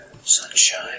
sunshine